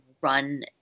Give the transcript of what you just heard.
run